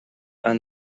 and